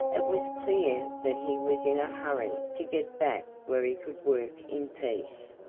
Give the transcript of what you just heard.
it was clear that he was in a hurry to get back where he could work in peace.